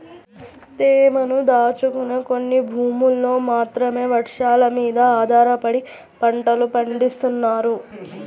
తేమను దాచుకునే కొన్ని భూముల్లో మాత్రమే వర్షాలమీద ఆధారపడి పంటలు పండిత్తన్నారు